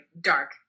dark